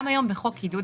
גם היום בחוק עידוד,